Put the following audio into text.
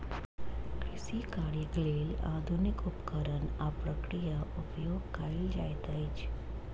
कृषि कार्यक लेल आधुनिक उपकरण आ प्रक्रिया उपयोग कयल जाइत अछि